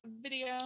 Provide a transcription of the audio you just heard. video